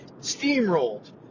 Steamrolled